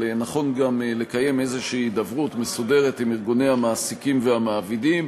אבל נכון גם לקיים איזו הידברות מסודרת עם ארגוני המעסיקים והמעבידים,